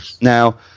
Now